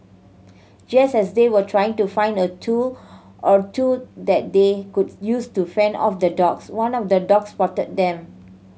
just as they were trying to find a tool or two that they could use to fend off the dogs one of the dogs spotted them